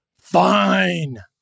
fine